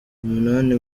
umunani